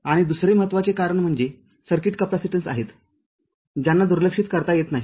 आणि दुसरे महत्त्वाचे कारण म्हणजे सर्किट कॅपेसिटन्स आहेत ज्यांना दुर्लक्षित करता येणार नाही